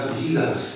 vidas